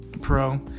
Pro